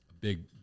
big